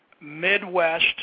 Midwest